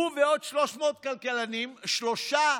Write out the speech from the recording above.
הוא ועוד 300 כלכלנים, שלושה